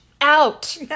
out